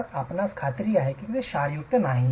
तर आपणास खात्री आहे की ते क्षारयुक्त नाही